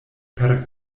per